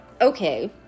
okay